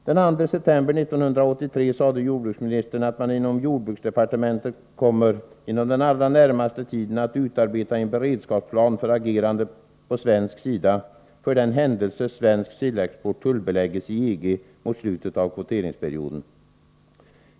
Den 2 september 1983 sade jordbruksministern att man inom jordbruksdepartementet kommer att inom den allra närmaste tiden utarbeta en beredskapsplan för agerande på svensk sida för den händelse svensk sillexport tullbeläggs i EG mot slutet av kvoteringsperioden.